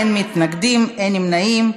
אין מתנגדים ואין נמנעים,